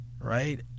Right